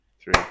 three